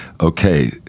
okay